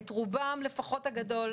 לפחות את רובם הגדול,